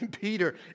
Peter